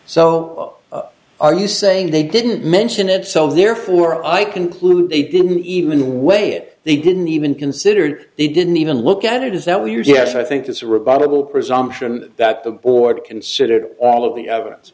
so are you saying they didn't mention it so therefore i conclude they didn't even way it they didn't even considered they didn't even look at it is that weird yes i think it's a rebuttable presumption that the board considered all of the evidence